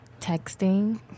Texting